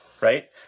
right